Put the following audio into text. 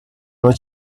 not